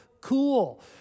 cool